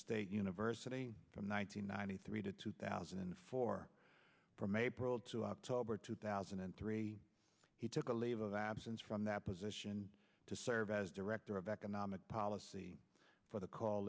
state university from one nine hundred ninety three to two thousand and four from april to october two thousand and three he took a leave of absence from that position to serve as director of economic policy for the call